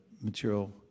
material